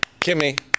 Kimmy